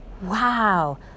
Wow